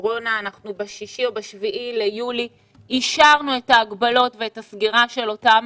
ב-6 או ב-7 ביולי אישרנו את ההגבלות ואת הסגירה של אותם